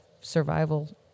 survival